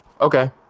Okay